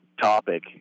topic